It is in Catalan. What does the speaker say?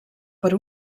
per